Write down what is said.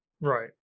Right